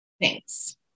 Thanks